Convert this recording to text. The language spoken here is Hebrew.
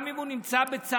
גם אם הוא נמצא בצרה,